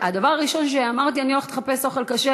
והדבר הראשון שאמרתי: אני הולכת לחפש אוכל כשר.